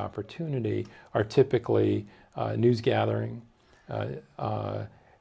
opportunity are typically news gathering